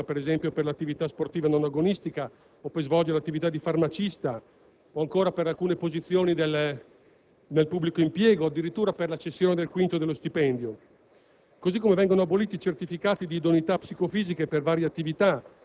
che veniva richiesto per tantissime situazioni, in maniera anche abbastanza illogica, come ad esempio per l'attività sportiva non agonistica o per svolgere l'attività di farmacista o ancora per alcuni posizioni del pubblico impiego e addirittura per la cessione del quinto dello stipendio;